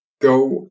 Go